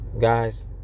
Guys